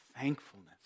thankfulness